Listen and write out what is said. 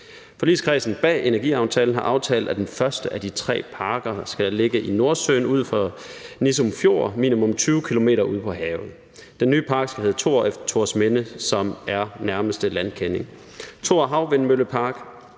Forligskredsen bag energiaftalen har aftalt, at den første af de tre havvindmølleparker skal ligge i Nordsøen ud for Nissum Fjord minimum 20 km ude på havet. Den nye havvindmøllepark skal hedde Thor efter Thorsminde, som er nærmeste landkending. Thor Havvindmøllepark